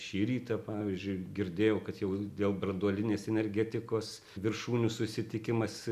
šį rytą pavyzdžiui girdėjau kad jau dėl branduolinės energetikos viršūnių susitikimas